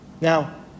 Now